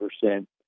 percent